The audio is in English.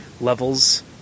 levels